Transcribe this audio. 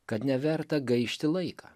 kad neverta gaišti laiką